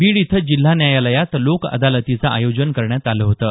बीड इथं जिल्हा न्यायालयात लोकअदालतीचं आयोजन करण्यात आलं होतं